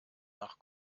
nach